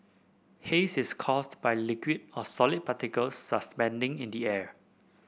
haze is caused by liquid or solid particles suspending in the air